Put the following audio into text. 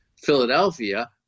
Philadelphia